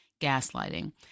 gaslighting